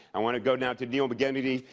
i want to go now to neil mckeganey.